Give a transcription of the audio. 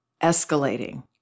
escalating